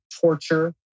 torture